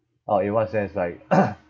orh in what sense like